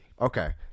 Okay